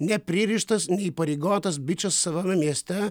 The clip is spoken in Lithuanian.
nepririštas neįpareigotas bičas savame mieste